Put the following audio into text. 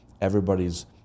Everybody's